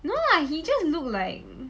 no lah he just look like